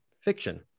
Fiction